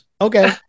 Okay